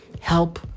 Help